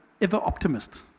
ever-optimist